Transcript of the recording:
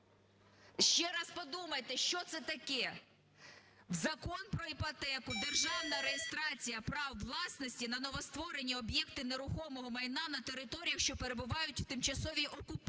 Ще раз подумайте, що це таке – в Закон "Про іпотеку" державна реєстрація прав власності на новостворені об'єкти нерухомого майна на територіях, що перебувають в тимчасовій окупації.